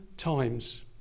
times